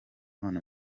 none